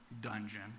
dungeon